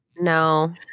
No